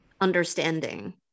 understanding